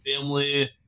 family